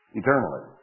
eternally